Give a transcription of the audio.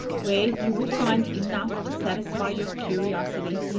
where you will find enough to satisfy your curiosity,